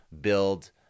build